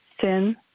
sin